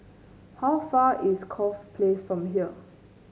how far is Corfe Place from here